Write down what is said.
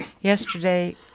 yesterday